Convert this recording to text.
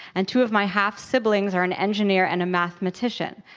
and two of my half-siblings are an engineer and a mathematician.